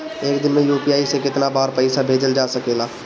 एक दिन में यू.पी.आई से केतना बार पइसा भेजल जा सकेला?